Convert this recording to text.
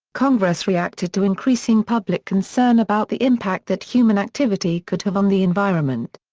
congress reacted to increasing public concern about the impact that human activity could have on the environment.